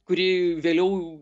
kuri vėliau